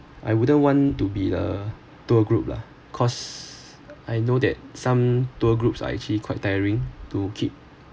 I wouldn't want to be a tour group lah cause I know that some tour groups are actually quite tiring to keep